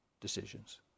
decisions